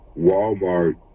Walmart